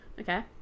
Okay